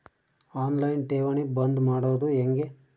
On line ಠೇವಣಿ ಬಂದ್ ಮಾಡೋದು ಹೆಂಗೆ?